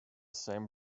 same